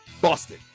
Boston